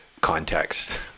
context